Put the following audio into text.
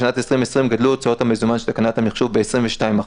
בשנת 2020 גדלו הוצאות המזומן של תקנת המחשוב ב-22%